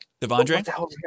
Devondre